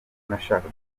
nashakaga